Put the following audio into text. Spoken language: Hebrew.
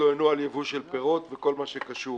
והתלוננו על ייבוא של פירות וכל מה שקשור.